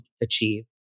achieve